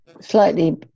slightly